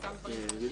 חלקם דברים חדשים.